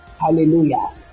Hallelujah